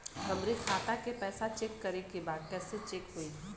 हमरे खाता के पैसा चेक करें बा कैसे चेक होई?